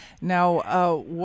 Now